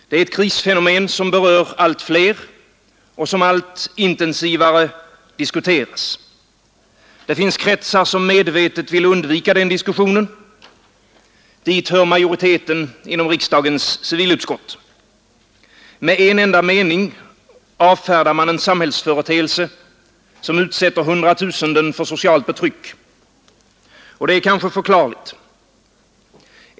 Det är ett krisfenomen som berör allt fler och som allt intensivare diskuteras. Det finns kretsar som medvetet vill undvika den diskussionen. Dit hör majoriteten inom riksdagens civilutskott. Med en enda mening avfärdar man en samhällsföreteelse, som utsätter hundratusenden för socialt betryck. Och det är ganska förklarligt.